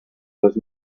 los